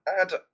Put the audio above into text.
add